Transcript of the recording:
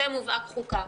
זה מובהק חוקה.